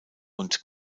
und